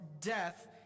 death